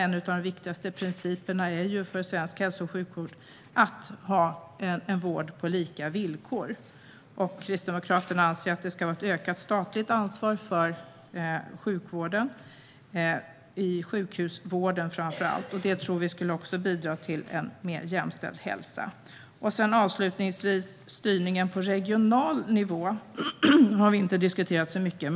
En av de viktigaste principerna för svensk hälso och sjukvård är att ha en vård på lika villkor. Kristdemokraterna anser att det ska vara ett ökat statligt ansvar framför allt i sjukhusvården, och det tror vi också skulle bidra till en mer jämställd hälsa. Styrningen på regional nivå, avslutningsvis, har vi inte diskuterat så mycket.